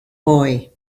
boy